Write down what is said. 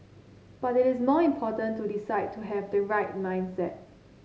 but it is more important to decide to have the right mindset